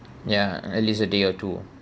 ya at least a day or two